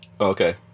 Okay